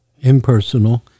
impersonal